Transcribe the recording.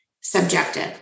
subjective